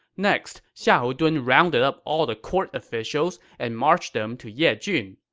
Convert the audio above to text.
next, xiahou dun rounded up all the court officials and marched them to yejun.